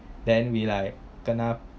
then we like kena